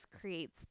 creates